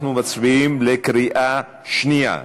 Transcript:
אנחנו מצביעים בקריאה שנייה.